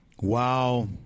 Wow